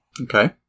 Okay